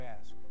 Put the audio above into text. ask